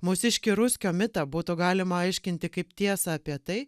mūsiškį ruskio mitą būtų galima aiškinti kaip tiesą apie tai